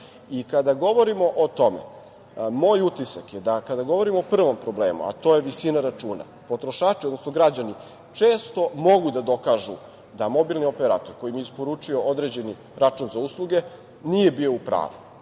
govorimo o tome, moj utisak je da kada govorimo o prvom problemu, a to je visina računa, potrošači, odnosno građani, često mogu da dokažu da mobilni operator koji im je isporučio određeni račun za usluge nije bio u pravu